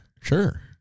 sure